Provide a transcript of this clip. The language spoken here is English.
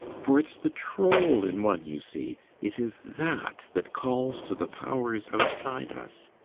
for it's the troll in one, you see it is that that calls to the powers outside us.